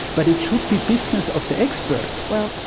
but it should be business of the experts. well,